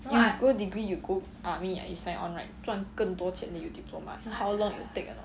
if you go degree you go army ah you sign on right 赚更多钱 than 有 diploma how long it will take or not